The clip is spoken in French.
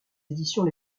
éditions